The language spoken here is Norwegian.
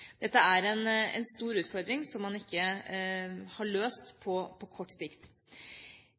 Dette er en stor utfordring som man ikke har løst på kort sikt.